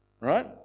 right